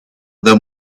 them